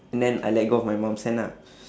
and then I let go of my mom's hand ah